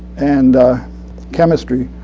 and chemistry,